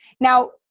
Now